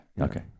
okay